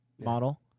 model